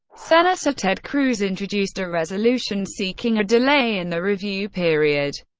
senator ted cruz introduced a resolution seeking a delay in the review period,